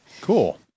Cool